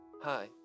Hi